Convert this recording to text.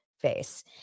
face